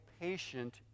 patient